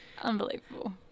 unbelievable